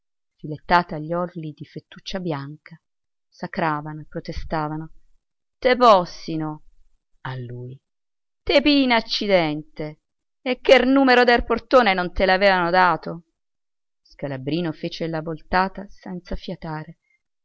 filettata agli orli di fettuccia bianca sacravano e protestavano te possino a lui elina accidente che numero del portone non te l'aveveno dato scalabrino fece la voltata senza fiatare